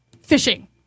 Fishing